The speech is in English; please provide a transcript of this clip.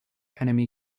enemy